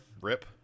Rip